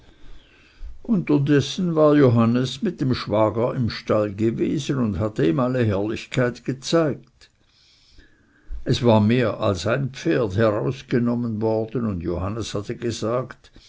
unterdessen war johannes mit dem schwager im stall gewesen und hatte ihm alle herrlichkeit gezeigt es war mehr als ein pferd herausgenommen worden und johannes hatte gesagt